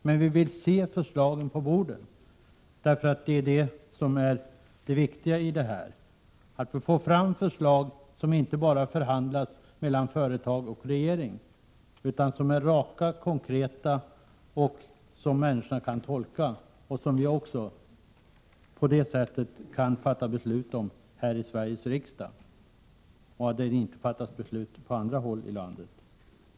Men vi vill först se förslagen på bordet. Det viktiga är att vi får fram förslag och att det inte bara sker förhandlingar mellan företag och regeringen och fattas beslut om på andra håll än i riksdagen. Vi vill ha raka och konkreta förslag, som människorna kan tolka och som vi kan fatta beslut om här i Sveriges riksdag.